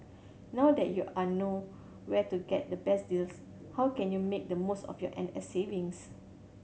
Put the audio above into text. now that you are know where to get the best deals how can you make the most of your N S savings